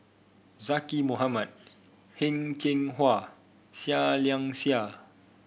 Zaqy Mohamad Heng Cheng Hwa Seah Liang Seah